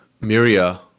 Miria